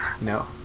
no